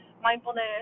mindfulness